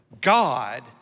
God